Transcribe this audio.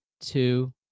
two